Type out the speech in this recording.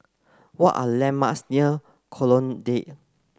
what are landmarks near Colonnade